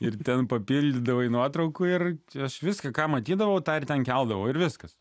ir ten papildydavo nuotraukų ir aš viską ką matydavau tą ir ten keldavo ir viskas